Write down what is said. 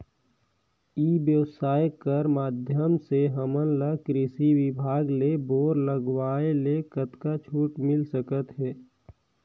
ई व्यवसाय कर माध्यम से हमन ला कृषि विभाग ले बोर लगवाए ले कतका छूट मिल सकत हे?